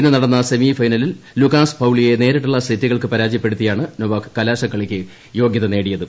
ഇന്നു നടന്ന സെമി ഫൈനലിൽ ലുക്കാസ് പൌളിയെ നേരിട്ടുള്ള സെറ്റുകൾക്ക് പരാജയപ്പെടുത്തിയാണ് നൊവാക് കലാശക്കളിക്ക് യോഗൃത നേടിയത്